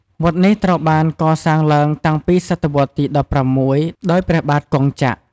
វត្តនេះត្រូវបានកសាងឡើងតាំងពីសតវត្សរ៍ទី ១៦ ដោយព្រះបាទគង់ចក្រ។